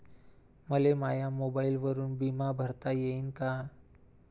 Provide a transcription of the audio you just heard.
मले माया मोबाईलवरून बिमा भरता येईन का?